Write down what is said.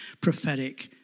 prophetic